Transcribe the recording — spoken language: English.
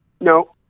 No